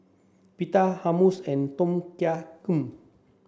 Pita Hummus and Tom Kha